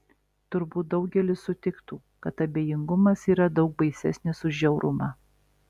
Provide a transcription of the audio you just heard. turbūt daugelis sutiktų kad abejingumas yra daug baisesnis už žiaurumą